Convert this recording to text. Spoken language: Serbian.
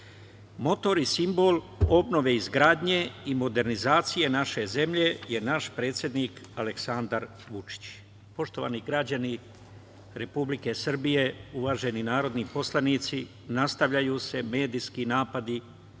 i simbol obnove izgradnje i modernizacije naše zemlje, je naš predsednik Aleksandar Vučić. Poštovani građani Republike Srbije, uvaženi narodni poslanici, nastavljaju se medijski napadi na